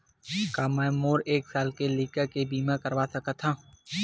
का मै मोर एक साल के लइका के बीमा करवा सकत हव?